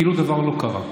כאילו דבר לא קרה.